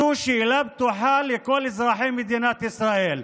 זאת שאלה פתוחה לכל אזרחי מדינת ישראל.